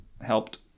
helped